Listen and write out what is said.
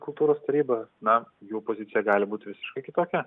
kultūros taryba na jų pozicija gali būti visiškai kitokia